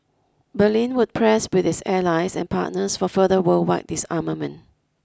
Berlin would press with its allies and partners for further worldwide disarmament